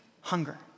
hunger